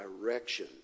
direction